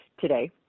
today